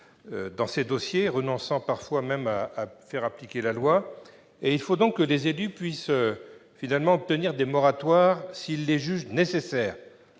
dans ces dossiers, renonçant parfois même à faire appliquer la loi. Il faut donc que les élus puissent obtenir des moratoires s'ils les jugent nécessaires.